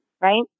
right